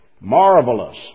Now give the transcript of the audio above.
Marvelous